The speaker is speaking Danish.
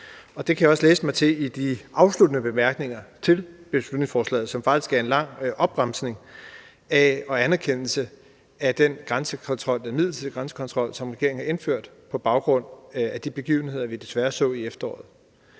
det kan jeg også læse mig til i de afsluttende bemærkninger til beslutningsforslaget, som faktisk er en lang opremsning og anerkendelse af den grænsekontrol, den midlertidige grænsekontrol, som regeringen har indført på baggrund af de begivenheder, vi desværre så i efteråret.